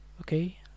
Okay